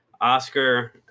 Oscar